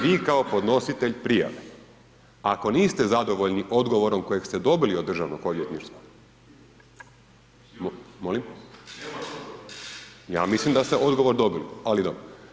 Vi kao podnositelj prijave ako niste zadovoljni odgovorom kojeg ste dobili od Državnog odvjetništva, …… [[Upadica sa strane, ne razumije se.]] Molim? … [[Upadica sa strane, ne razumije se.]] Ja mislim da ste odgovor dobili ali dobro.